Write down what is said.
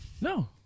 No